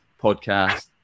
podcast